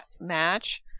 match